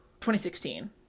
2016